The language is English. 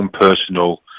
personal